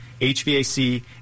HVAC